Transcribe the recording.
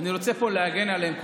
ואני רוצה פה להגן עליהם.